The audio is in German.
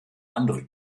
andere